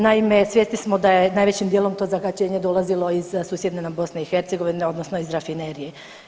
Naime, svjesni smo da je najvećim dijelom to zagađenje dolazilo iz susjedne nam BiH odnosno iz rafinerije.